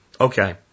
Okay